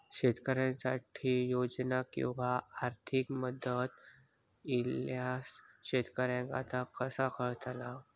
शेतकऱ्यांसाठी योजना किंवा आर्थिक मदत इल्यास शेतकऱ्यांका ता कसा कळतला?